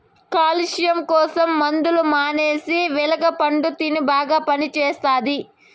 calcium కోసం మందులు మానేసి వెలగ పండు తిను బాగా పనిచేస్తది